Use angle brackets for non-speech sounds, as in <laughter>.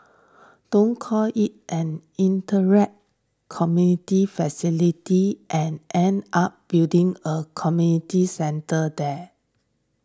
don't call it an <unintelligible> community facility and end up building a community centre there